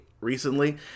recently